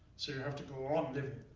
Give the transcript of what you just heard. so you have to go on